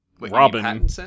Robin